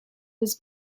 was